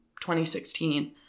2016